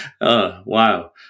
wow